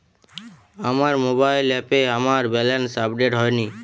আমার মোবাইল অ্যাপে আমার ব্যালেন্স আপডেট হয়নি